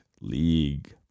league